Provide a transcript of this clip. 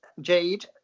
Jade